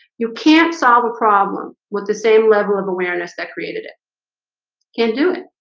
you can't solve a problem with the same level of awareness that created it can't do it.